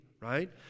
right